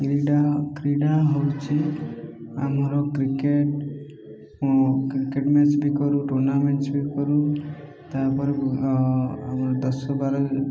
କ୍ରୀଡ଼ା କ୍ରୀଡ଼ା ହେଉଛି ଆମର କ୍ରିକେଟ୍ କ୍ରିକେଟ୍ ମ୍ୟାଚ୍ ବି କରୁ ଟୁର୍ଣ୍ଣାମେଣ୍ଟସ୍ ବି କରୁ ତା'ପରେ ଆମର ଦଶ ବାର